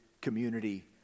community